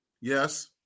Yes